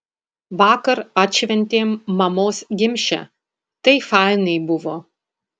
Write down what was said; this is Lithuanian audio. vakar atšventėm mamos gimšę tai fainai buvo